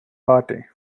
party